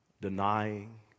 denying